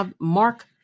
Mark